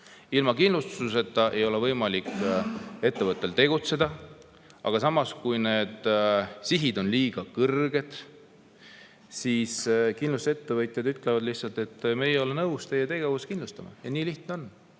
ilma kindlustuseta ei ole võimalik ettevõttel tegutseda. Aga kui sihid on liiga kõrged, siis kindlustusettevõtjad ütlevad lihtsalt, et me ei ole nõus teie tegevust kindlustama. Ja nii lihtne ongi.